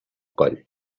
coll